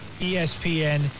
ESPN